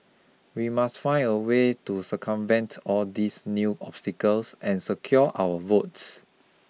we must find a way to circumvent all these new obstacles and secure our votes